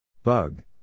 Bug